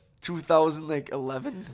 2011